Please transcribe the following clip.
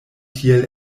tiel